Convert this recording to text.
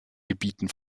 gebieten